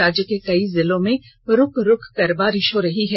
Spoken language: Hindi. राज्य के कई जिलों में रूक रूक कर बारिश हो रही है